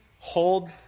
Hold